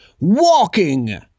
Walking